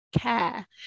care